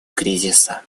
кризиса